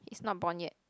he's not born yet